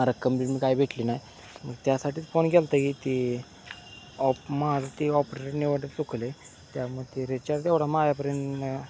मला रक्कम पेंट मी काय भेटली नाय मग त्यासाठी फोन केलतं की ती ऑप महा ती ऑपरेटर निवर्ड चुकली त्यामदे रिचार्ज एवढा मायापर्यंत